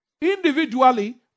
individually